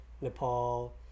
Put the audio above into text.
Nepal